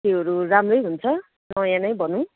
त्योहरू राम्रै हुन्छ नयाँ नै भनौँ